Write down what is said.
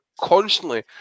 constantly